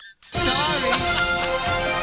Sorry